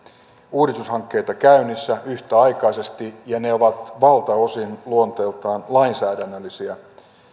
uudistushankkeita käynnissä yhtäaikaisesti ja ne ovat valtaosin luonteeltaan lainsäädännöllisiä